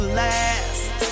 last